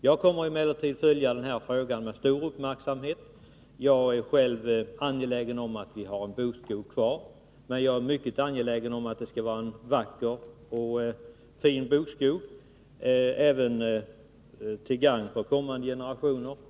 Jag kommer emellertid att följa frågan med stor uppmärksamhet. Jag är Nr 33 själv angelägen om att vi har en bokskog kvar men också om att det skall vara Onsdagen den en vacker och fin bokskog till glädje även för kommande generationer.